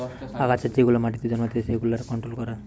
আগাছা যেগুলা মাটিতে জন্মাতিচে সেগুলার কন্ট্রোল করা